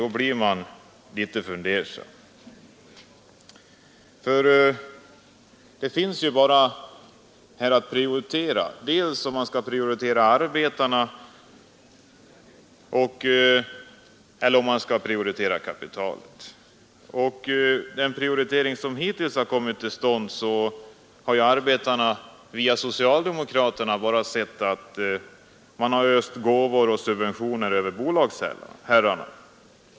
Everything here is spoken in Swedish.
Det finns nämligen här bara kvar att välja mellan att prioritera arbetarna och att prioritera kapitalet. Enligt den prioritering via socialdemokraterna som hittills kommit till stånd har arbetarna bara sett att socialdemokraterna har öst gåvor och subventioner över bolagsherrarna.